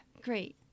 great